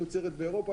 מיוצרת באירופה,